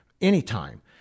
anytime